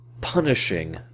punishing